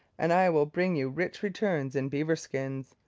and i will bring you rich returns in beaver skins.